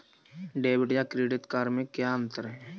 Debit या credit card में क्या अन्तर है?